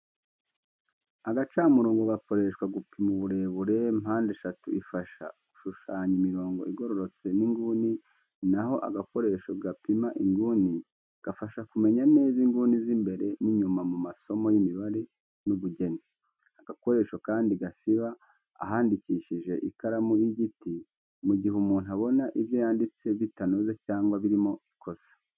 Agacamurongo gakoreshwa gupima uburebure, mpande eshatu ifasha gushushanya imirongo igororotse n’inguni, na ho agakoresho gapima inguni gafasha kumenya neza inguni z’imbere n’inyuma mu masomo y’imibare n’ubugeni. Agakoresho kandi gasiba ahandikishije ikaramu y'igiti mu gihe umuntu abona ibyo yanditse bitanoze cyangwa birimo ikosa.